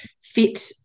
fit